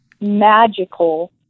magical